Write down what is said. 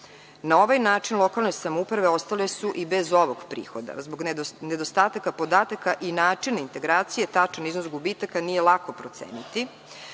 Na ovaj način lokalne samouprave ostale su i bez ovog prihoda. Zbog nedostatka podataka i načina integracije tačan iznos gubitaka nije lako proceniti.